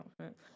outfit